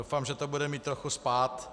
Doufám, že to bude mít trochu spád.